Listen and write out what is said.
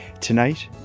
Tonight